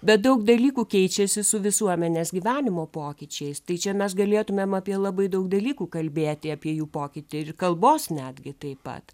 bet daug dalykų keičiasi su visuomenės gyvenimo pokyčiais tai čia mes galėtumėm apie labai daug dalykų kalbėti apie jų pokytį ir kalbos netgi taip pat